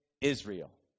Israel